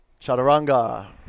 chaturanga